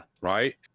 Right